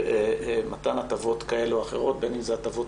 מתן הטבות כאלו או אחרות,